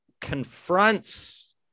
confronts